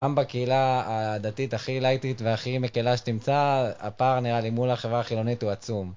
גם בקהילה הדתית הכי לייטית והכי מקלה שתמצא, הפער נראה לי מול החברה החילונית הוא עצום.